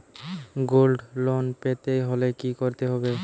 Gold loan পেতে হলে কি করতে হবে?